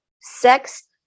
Sex